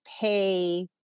pay